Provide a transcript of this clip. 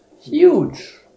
Huge